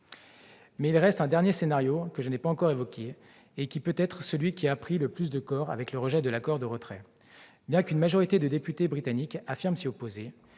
? Il reste un dernier scénario que je n'ai pas encore évoqué, et qui est peut-être celui qui a le plus pris corps avec le rejet de l'accord de retrait, bien qu'une majorité de députés britanniques affirment s'y opposer.